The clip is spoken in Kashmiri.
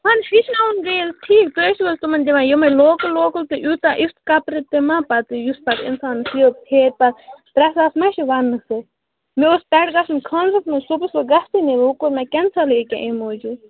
وۄنۍ گٔے حظ ٹھیٖک تُہۍ ٲسِو حظ تِمَن دِوان یِمَے لوکَل لوکَل تہٕ یوٗتاہ یُتھ کَپرٕ تہٕ مَہ پَتہٕ یُس پَتہٕ اِنسانَس یہِ پھیرِ پَتہٕ ترٛےٚ ساس مَہ چھِ وَننہٕ سۭتۍ مےٚ اوس پٮ۪ٹھٕ گژھُن خانٛدرَس منٛز صُبحَس بہٕ گژھٕے نہٕ وۄنۍ کوٚر مےٚ کٮ۪نسَلٕے ایٚکیٛاہ اَمۍ موٗجوٗب